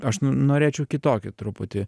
aš norėčiau kitokį truputį